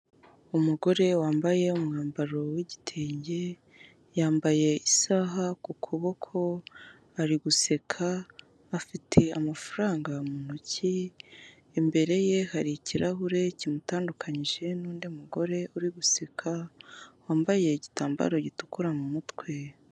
Umugore wambaye umwambaro w'igitenge yambaye isaha ku kuboko ari guseka, afite amafaranga mu ntoki, imbere ye hari ikirahure kimutandukanyije n'undi mugore uri guseka, wambaye igitambaro gitukura mu mutwe.